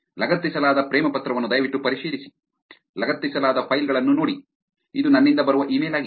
ಲಗತ್ತಿಸಲಾದ ಪ್ರೇಮ ಪತ್ರವನ್ನು ದಯವಿಟ್ಟು ಪರಿಶೀಲಿಸಿ ಲಗತ್ತಿಸಲಾದ ಫೈಲ್ ಗಳನ್ನು ನೋಡಿ ಇದು ನನ್ನಿಂದ ಬರುವ ಇಮೇಲ್ ಆಗಿದೆ